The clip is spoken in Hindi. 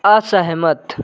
असहमत